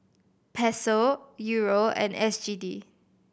Peso Euro and S G D